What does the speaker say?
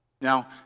Now